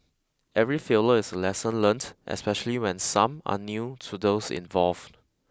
every failure is a lesson learnt especially when some are new to those involved